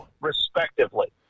respectively